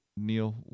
neil